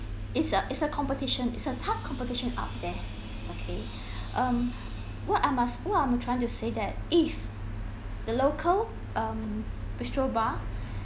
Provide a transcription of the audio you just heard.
it's a it's a competition it's a tough competition out there okay um what I must what I'm trying to say that if the local um bistro bar